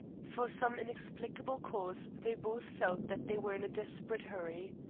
for some inexplicable cause they both felt that they were in a desperate hurry.